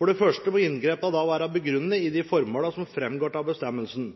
For det første må inngrepene være begrunnet i de formålene som framgår av bestemmelsen.